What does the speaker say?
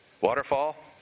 waterfall